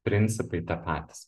principai tie patys